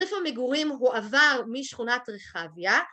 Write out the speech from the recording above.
‫עדף המגורים הועבר משכונת רחביה.